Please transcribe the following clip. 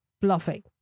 bluffing